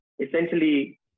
essentially